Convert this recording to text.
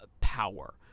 power